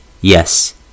Yes